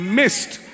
missed